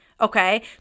Okay